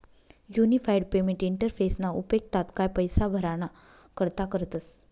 unified payment इंटरफेसना उपेग तात्काय पैसा भराणा करता करतस